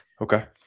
Okay